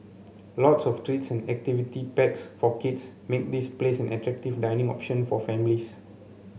lots of treats and activity packs for kids make this place an attractive dining option for families